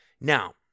now